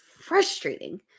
frustrating